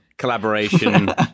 collaboration